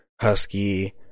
Husky